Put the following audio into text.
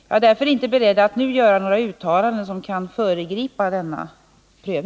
Jag är inte beredd att nu göra några uttalanden som kan föregripa denna prövning.